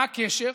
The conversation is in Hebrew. מה הקשר?